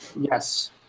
Yes